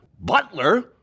Butler